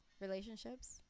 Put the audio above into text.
relationships